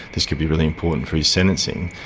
this could be really important for his sentencing,